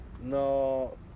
No